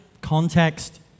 Context